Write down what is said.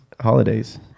Holidays